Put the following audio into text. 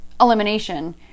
elimination